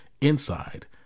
inside